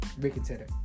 reconsider